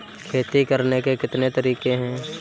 खेती करने के कितने तरीके हैं?